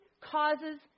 causes